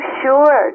sure